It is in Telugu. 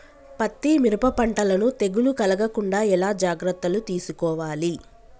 పత్తి మిరప పంటలను తెగులు కలగకుండా ఎలా జాగ్రత్తలు తీసుకోవాలి?